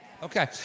Okay